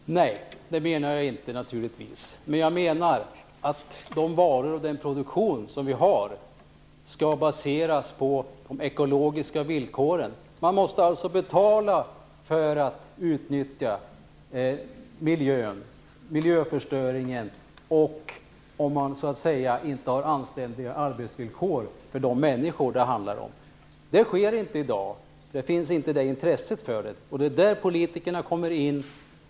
Fru talman! Nej, det menar jag naturligtvis inte. Men jag menar att de varor och den produktion som vi har skall baseras på ekologiska villkor. Man måste alltså betala för att utnyttja miljön, för miljöförstöringen, och om man inte har anständiga arbetsvillkor för de människor det handlar om. Det sker inte i dag. Det finns inte det intresset för det. Det är där politikerna kommer in.